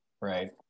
right